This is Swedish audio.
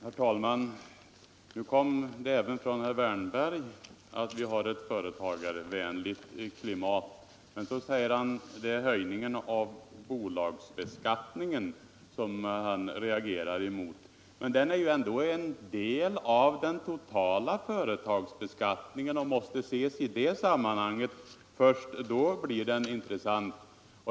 Herr talman! Nu sade även herr Wärnberg att vi har ett företagarvänligt klimat. Han säger att det är höjningen av bolagsbeskattningen han reagerar emot. Men den är ju ändå en del av den totala företagsbeskattningen och måste ses i det sammanhanget. Först då blir den intressant.